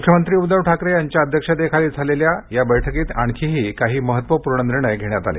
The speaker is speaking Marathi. मुख्यमंत्री उद्दव ठाकरे यांच्या अध्यक्षतेखाली झालेल्या या बैठकीत आणखीही काही महत्त्वपूर्ण निर्णय घेण्यात आले